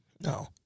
No